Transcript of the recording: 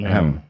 Hem